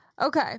Okay